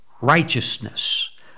righteousness